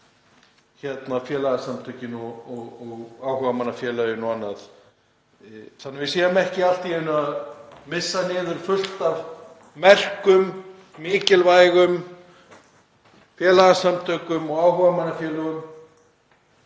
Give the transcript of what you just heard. félagasamtökin og áhugamannafélögin og annað þannig að við séum ekki allt í einu að missa niður fullt af merkum og mikilvægum félagasamtökum og áhugamannafélögum